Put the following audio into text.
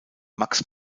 max